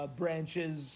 branches